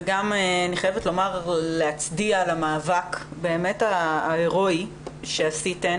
ואני גם חייבת להצדיע למאבק באמת ההרואי שעשיתן,